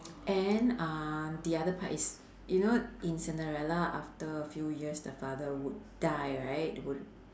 and uh the other part is you know in cinderella after a few years the father would die right would